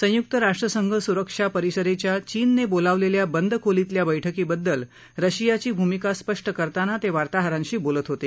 संयुक्त राष्ट्रसंघ सुरक्षा परिषदेच्या चीन ने बोलावलेल्या बंद खोलीतल्या बैठकीबद्दल रशियाची भूमिका स्पष्ट करताना ते वार्ताहरांशी बोलत होते